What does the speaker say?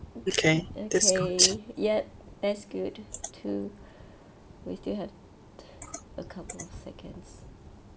okay yup that's good too we still have a couple of seconds